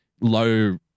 low –